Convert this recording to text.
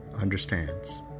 understands